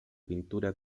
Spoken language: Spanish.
pintura